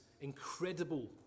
incredible